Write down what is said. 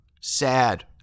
sad